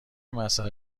مساله